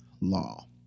law